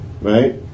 right